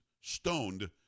stoned